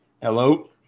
hello